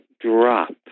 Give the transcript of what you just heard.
drop